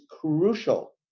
crucial